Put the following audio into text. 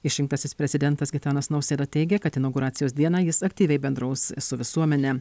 išrinktasis prezidentas gitanas nausėda teigia kad inauguracijos dieną jis aktyviai bendraus su visuomene